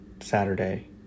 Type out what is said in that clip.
Saturday